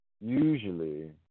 Usually